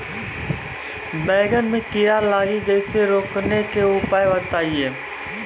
बैंगन मे कीड़ा लागि जैसे रोकने के उपाय बताइए?